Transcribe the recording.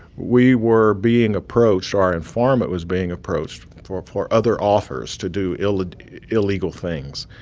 we were being approached our informant was being approached for for other offers to do illegal illegal things,